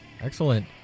Excellent